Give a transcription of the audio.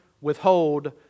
withhold